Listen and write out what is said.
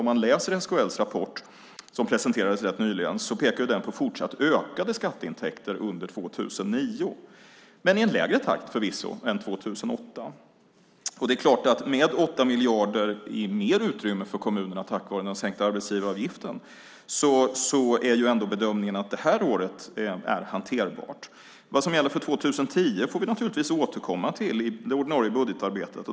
Om man läser SKL:s rapport, som presenterades rätt nyligen, ser man att den pekar på fortsatt ökade skatteintäkter under 2009, förvisso i en lägre takt än 2008. Det är klart att med 8 miljarder mer i utrymme för kommunerna, tack vare den sänkta arbetsgivaravgiften, är ändå bedömningen att det här året är hanterbart. Vad som gäller för 2010 får vi naturligtvis återkomma till i det ordinarie budgetarbetet.